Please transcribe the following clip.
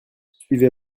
suivez